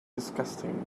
disgusting